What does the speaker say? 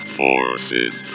forces